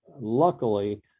Luckily